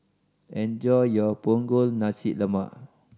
enjoy your Punggol Nasi Lemak